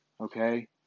okay